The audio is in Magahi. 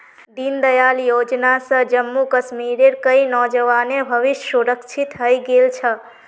दीनदयाल योजना स जम्मू कश्मीरेर कई नौजवानेर भविष्य सुरक्षित हइ गेल छ